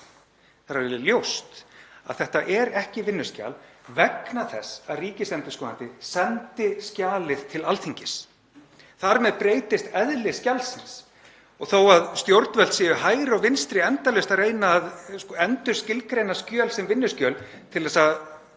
Það er alveg ljóst að þetta er ekki vinnuskjal vegna þess að ríkisendurskoðandi sendi skjalið til Alþingis. Þar með breytist eðli skjalsins. Og þó að stjórnvöld séu hægri og vinstri endalaust að reyna að endurskilgreina skjöl sem vinnuskjöl til að